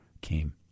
came